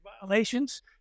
violations